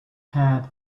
had